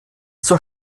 zur